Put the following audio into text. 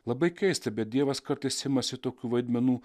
labai keista bet dievas kartais imasi tokių vaidmenų